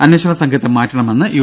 അന്വേഷണ സംഘത്തെ മാറ്റണമെന്ന് യു